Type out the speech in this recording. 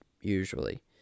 Usually